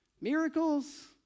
miracles